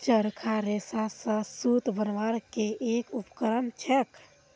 चरखा रेशा स सूत बनवार के एक उपकरण छेक